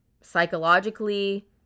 psychologically